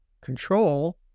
control